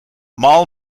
mal